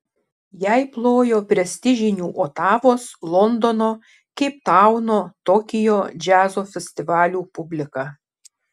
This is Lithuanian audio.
jai plojo prestižinių otavos londono keiptauno tokijo džiazo festivalių publika